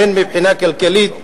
מבחינה כלכלית,